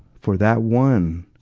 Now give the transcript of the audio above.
for that one